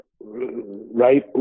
Right